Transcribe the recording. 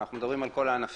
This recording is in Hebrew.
אנחנו מדברים על כל הענפים.